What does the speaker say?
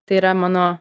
tai yra mano